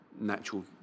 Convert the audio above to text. natural